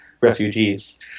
refugees